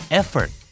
effort